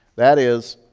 that is,